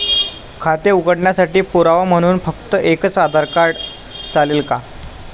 खाते उघडण्यासाठी पुरावा म्हणून फक्त एकच आधार कार्ड चालेल का?